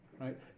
right